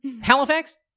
Halifax